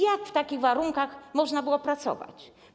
Jak w takich warunkach można było pracować?